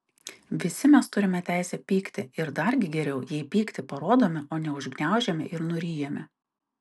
visi mes turime teisę pykti ir dargi geriau jei pyktį parodome o ne užgniaužiame ir nuryjame